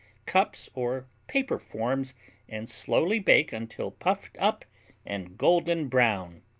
cups or paper forms and slowly bake until puffed up and golden-brown.